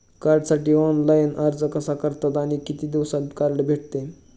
कार्डसाठी ऑनलाइन अर्ज कसा करतात आणि किती दिवसांत कार्ड भेटते?